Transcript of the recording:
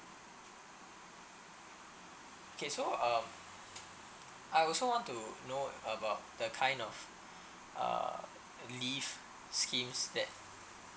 K so um I also want to know about the kind of uh leave scheme that